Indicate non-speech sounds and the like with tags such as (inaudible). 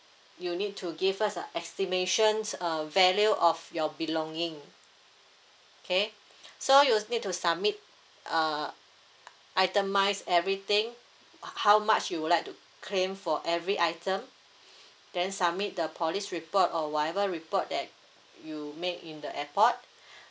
you need to give us a estimations uh value of your belonging okay (breath) so you need to submit uh (noise) itemised everything ha~ how much you would like to claim for every item (breath) then submit the police report or whatever report that you make in the airport